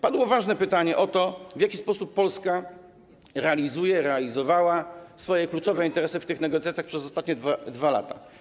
Padło ważne pytanie o to, w jaki sposób Polska realizuje, realizowała swoje kluczowe interesy w tych negocjacjach przez ostatnie 2 lata.